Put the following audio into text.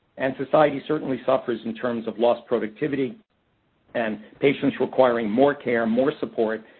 and society certainly suffers in terms of lost productivity and patients requiring more care, more support.